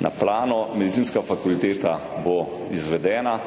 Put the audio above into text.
na plano. Medicinska fakulteta bo izvedena,